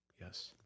yes